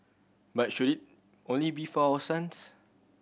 but should it only be for our sons